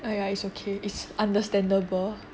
!aiya! it's okay it's understandable